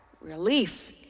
Relief